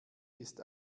ist